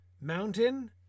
mountain